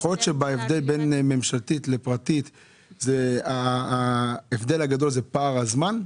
יכול להיות שבין הצעה ממשלתית להצעה פרטית ההבדל הגדול הוא פער הזמן?